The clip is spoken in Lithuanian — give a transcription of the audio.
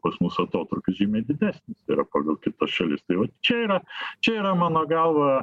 pas mus atotrūkis žymiai didesnis yra pagal kitas šalis tai vat čia yra čia yra mano galva